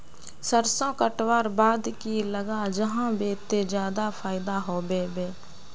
सरसों कटवार बाद की लगा जाहा बे ते ज्यादा फायदा होबे बे?